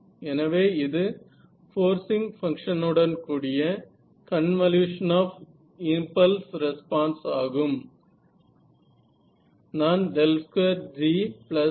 எனவே இது forcing function உடன் கூடிய கன்வல்யூஷன் ஆப் இம்பல்ஸ் ரெஸ்பான்ஸ் ஆகும்